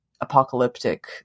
apocalyptic